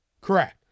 Correct